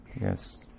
Yes